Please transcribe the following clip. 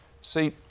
See